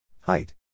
Height